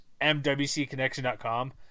MWCConnection.com